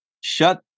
shut